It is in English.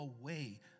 away